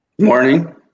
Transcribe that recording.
Morning